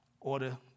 order